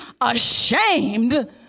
ashamed